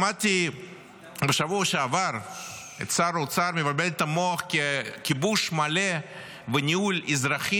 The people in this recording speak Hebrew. שמעתי בשבוע שעבר את שר האוצר מבלבל את המוח כי כיבוש מלא וניהול אזרחי